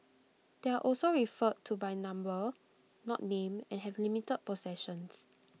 they are also referred to by number not name and have limited possessions